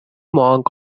monk